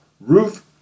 Ruth